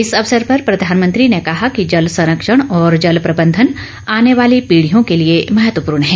इस अवसर पर प्रधानमंत्री ने कहा कि जल संरक्षण और जल प्रबंधन आने वाली पीढियों के लिए महत्वपूर्ण है